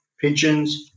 Pigeons